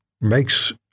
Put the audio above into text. makes